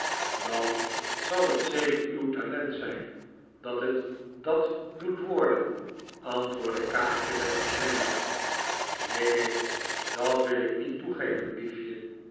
dan zal het zeker uw talent zijn dat het dat doet worden antwoordde kaatje met een glimlach neen neen dat wil ik niet toegeven liefje